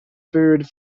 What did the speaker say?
food